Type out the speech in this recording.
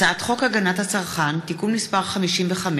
הצעת חוק הגנת הצרכן (תיקון מס' 55)